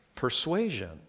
persuasion